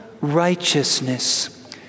righteousness